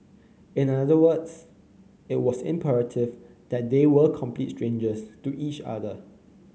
in other words it was imperative that they were complete strangers to each other